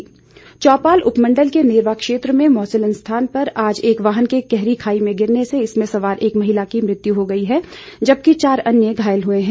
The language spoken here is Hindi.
दुर्घटना चौपाल उपमंडल के नेरवा क्षेत्र में मोसलन स्थान पर आज एक वाहन के खाई में गिरने से इसमें सवार एक महिला की मृत्यु हो गई जबकि चार अन्य घायल हुए हैं